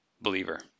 believer